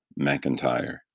McIntyre